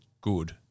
good